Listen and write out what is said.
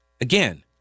again